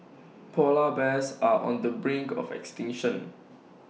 Polar Bears are on the brink of extinction